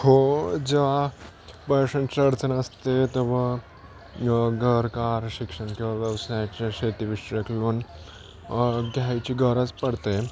हो जेव्हा पैशांची अडचण असते तेव्हा घर कार शिक्षण किंवा व्यवसायाच्या शेतीविषयक लोन घ्यायची गरज पडते